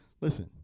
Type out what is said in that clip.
Listen